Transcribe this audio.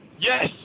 Yes